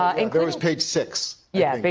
and there was page six, yeah but